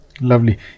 Lovely